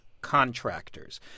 contractors